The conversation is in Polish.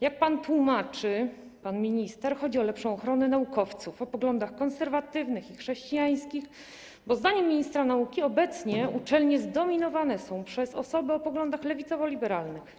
Jak pan minister tłumaczy, chodzi o lepszą ochronę naukowców o poglądach konserwatywnych i chrześcijańskich, bo zdaniem ministra nauki obecnie uczelnie zdominowane są przez osoby o poglądach lewicowo-liberalnych.